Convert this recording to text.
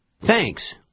Thanks